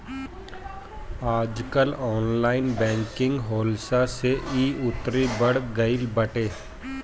आजकल online banking होखला से इ अउरी बढ़ गईल बाटे